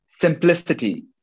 Simplicity